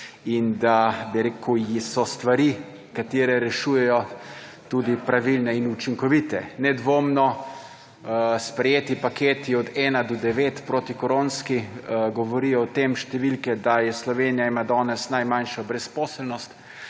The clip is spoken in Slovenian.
rekel, so stvari, katere rešujejo, tudi pravilne in učinkovite. Nedvomno sprejeti paketi od 1 do 9 protikoronski govorijo o tem številke, da Slovenija ima danes najmanjšo brezposelnost,